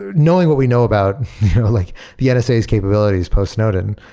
ah knowing what we know about like the and nsa's capabilities post-noden,